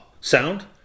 sound